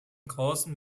großen